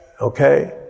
Okay